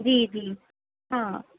جی جی ہاں